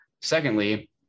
Secondly